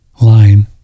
line